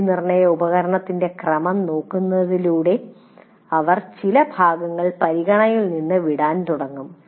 മൂല്യനിർണ്ണയ ഉപകരണത്തിന്റെ ക്രമം നോക്കുന്നതിലൂടെ അവർ ചില ഭാഗങ്ങൾ പരിഗണനയിൽ നിന്ന് വിടാൻ തുടങ്ങും